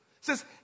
Says